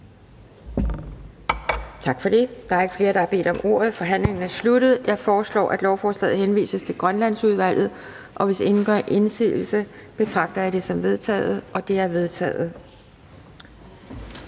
Tak for det. Der er ikke flere, der har bedt om ordet, så forhandlingen er sluttet. Jeg foreslår, at forslaget henvises til Grønlandsudvalget. Hvis ingen gør indsigelse, betragter jeg det som vedtaget. Det er vedtaget.